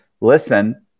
listen